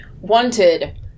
wanted